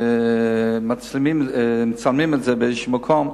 מצלמים את זה באיזה מקום.